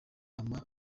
maman